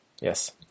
Yes